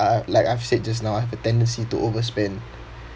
uh like I've said just now I have a tendency to overspend